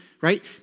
right